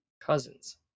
Cousins